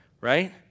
right